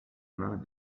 main